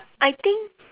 I think